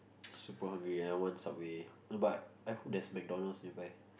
super hungry and I want Subway but I hope there's McDonald's nearby